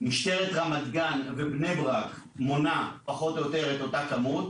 משטרת רמת גן ובני ברק מונה פחות או יותר אותה כמות,